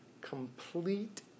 complete